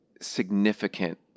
significant